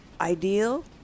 ideal